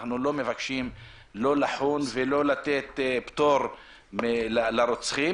אנחנו לא מבקשים לחון או לתת פטור לרוצחים.